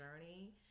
journey